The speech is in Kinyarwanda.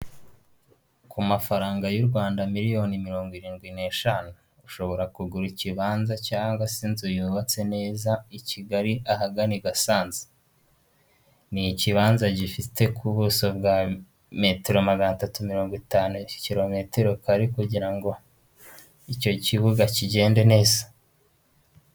Ku mafaranga y'u Rwanda miliyoni mirongo irindwi n'eshanu ushobora kugura ikibanza cyangwa se inzu yubatse neza i Kigali ahagana i Gasanze, ni ikibanza gifite ku buso bwa metero magana atatu mirongo itanu kilometero kare kugira ngo icyo kibuga kigende neza.